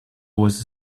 was